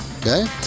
Okay